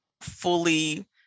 fully